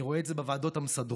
אני רואה את זה בוועדות המסדרות,